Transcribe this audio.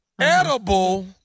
Edible